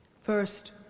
first